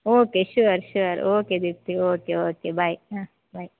okay sure sure okay Deepti okay okay bye ಹಾಂ ಬಾಯ್